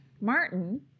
Martin